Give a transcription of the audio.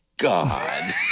God